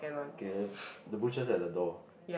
okay the butcher's at the door